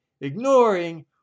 ignoring